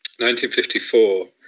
1954